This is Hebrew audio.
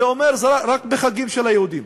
זה אומר שזה רק בחגים של היהודים.